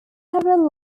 several